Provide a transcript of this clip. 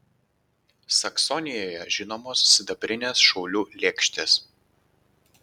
saksonijoje žinomos sidabrinės šaulių lėkštės